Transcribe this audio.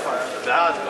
בעד?